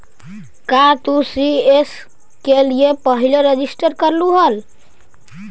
का तू सी.एस के लिए पहले रजिस्टर करलू हल